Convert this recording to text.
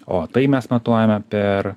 o tai mes matuojame per